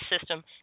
system